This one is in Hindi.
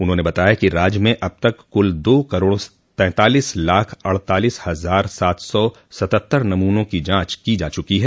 उन्होंने बताया कि राज्य में अब तक कुल दो करोड़ तैंतालीस लाख अड़तालोस हजार सात सौ सतहत्तर नमूनों की जांच की जा चुकी है